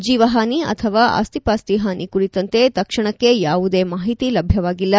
ಜೀವಹಾನಿ ಅಥವಾ ಆಸ್ತಿಪಾಸ್ತಿ ಹಾನಿ ಕುರಿತಂತೆ ತಕ್ಷಣಕ್ಕೆ ಯಾವುದೇ ಮಾಹಿತಿ ಲಭ್ಯವಾಗಿಲ್ಲ